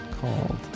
called